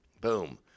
Boom